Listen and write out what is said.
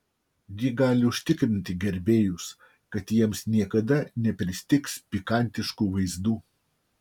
ji gali užtikrinti gerbėjus kad jiems niekada nepristigs pikantiškų vaizdų